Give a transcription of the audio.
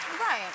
Right